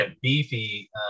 beefy